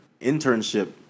internship